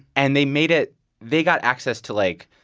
and they made it they got access to, like,